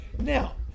Now